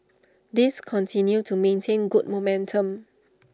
these continue to maintain good momentum